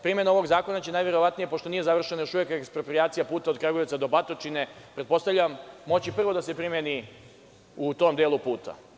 Primena ovog zakona će najverovatnije, pošto nije završena još uvek eksproprijacija puta od Kragujevca do Batočine, pretpostavljam, moći prvo da se primeni u tom delu puta.